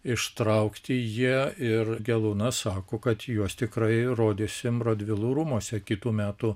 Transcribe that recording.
ištraukti jie ir gelūnas sako kad juos tikrai rodysim radvilų rūmuose kitų metų